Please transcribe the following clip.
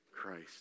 Christ